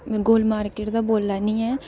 गोल market दा बौल्लै 'रनी आं